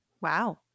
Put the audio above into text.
Wow